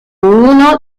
uno